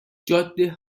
جاده